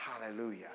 Hallelujah